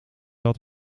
dat